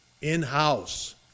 in-house